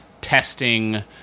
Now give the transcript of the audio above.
testing